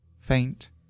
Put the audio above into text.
Faint